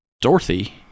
Dorothy